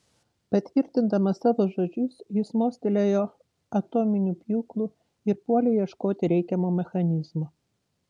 patvirtindamas savo žodžius jis mostelėjo atominiu pjūklu ir puolė ieškoti reikiamo mechanizmo